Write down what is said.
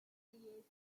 creates